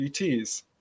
ETs